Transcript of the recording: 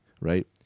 right